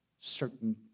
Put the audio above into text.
Certain